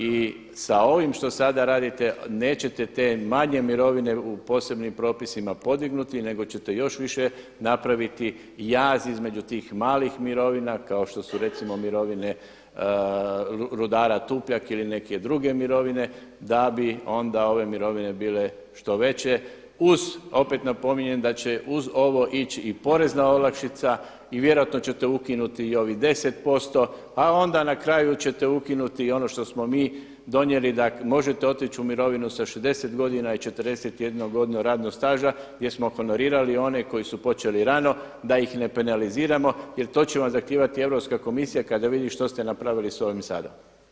I sa ovim što sada radite nećete t manje mirovine u posebnim propisima podignuti nego ćete još više napraviti jaz između tih malih mirovina kao što su recimo mirovine rudara Tupljak ili neke druge mirovine da bi onda ove mirovine bile što veće uz opet napominjem da će uz ovo ići i porezna olakšica i vjerojatno ćete ukinuti i ovih 10% a onda na kraju ćete ukinuti i ono što smo mi donijeli da možete otići u mirovinu sa 60 godina i 41 godinu radnog staža gdje smo honorirali one koji su počeli rano da ih ne penaliziramo jer to će vam zahtijevati Europska komisija kada vidi što ste napravili sa ovim sada.